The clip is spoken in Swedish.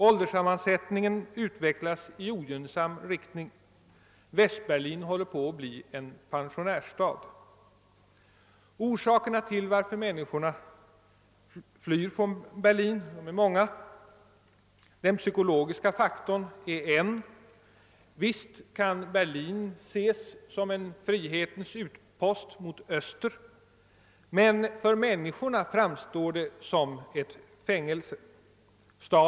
Ålderssammansättningen utvecklas således i ogynnsam riktning. Västberlin håller på att bli en pensionärsstad. flyr från Berlin är många. Den psykologiska faktorn är en. Visst kan Berlin ses som en frihetens utpost mot öster, men för människorna framstår staden som ett fängelse.